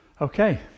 Okay